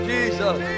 Jesus